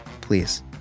Please